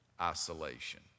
isolation